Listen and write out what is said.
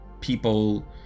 people